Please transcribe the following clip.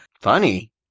Funny